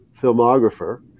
filmographer